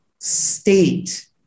state